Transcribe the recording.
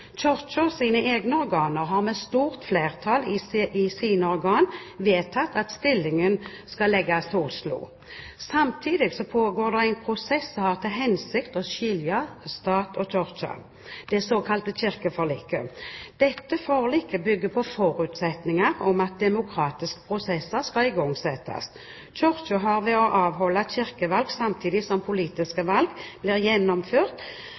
egne organer har med stort flertall vedtatt at stillingen skal legges til Oslo. Samtidig pågår det en prosess som har til hensikt å skille stat og kirke, det såkalte kirkeforliket. Dette forliket bygger på forutsetninger om at demokratiske prosesser skal igangsettes. Kirken har ved å avholde kirkevalg samtidig som politiske valg blir gjennomført,